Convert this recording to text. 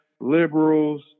liberals